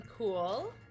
Cool